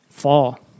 fall